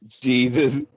Jesus